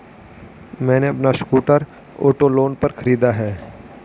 मैने अपना scooter auto loan पर खरीदा है